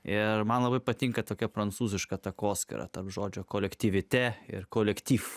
ir man labai patinka tokia prancūziška takoskyra tarp žodžio kolektivite ir kolektyf